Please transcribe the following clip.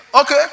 Okay